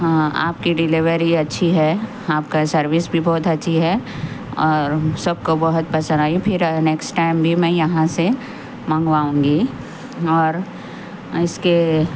ہاں آپ کی ڈیلیوری اچھی ہے آپ کا سروس بھی بہت اچھی ہے اور سب کو بہت پسند آئی پھر نیکس ٹائم بھی میں یہاں سے منگواؤں گی اور اس کے